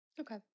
Okay